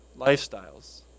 lifestyles